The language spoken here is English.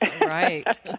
Right